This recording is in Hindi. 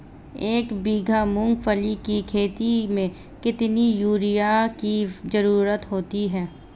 एक बीघा मूंगफली की खेती में कितनी यूरिया की ज़रुरत होती है?